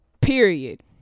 period